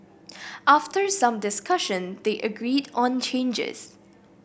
after some discussion they agreed on changes